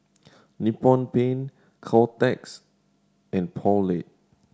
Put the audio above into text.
Nippon Paint Kotex and Poulet